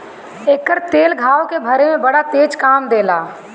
एकर तेल घाव के भरे में बड़ा तेज काम देला